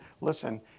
listen